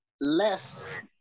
less